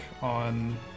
on